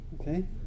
okay